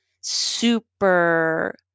super